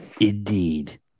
Indeed